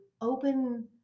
open